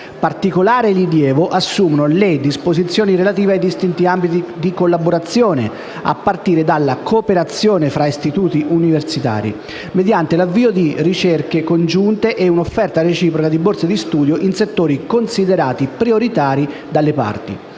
Particolare rilievo assumono le disposizioni relative ai distinti ambiti di collaborazione a partire dalla cooperazione fra istituzioni universitarie, mediante l'avvio di ricerche congiunte e un'offerta reciproca di borse di studio in settori considerati prioritari dalle parti.